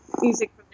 music